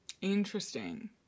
interesting